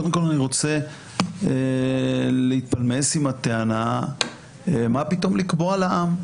קודם כל אני רוצה להתפלמס עם הטענה מה פתאום לקבוע לעם.